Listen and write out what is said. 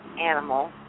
animal